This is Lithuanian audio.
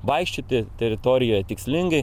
vaikščioti teritorijoje tikslingai